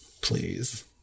please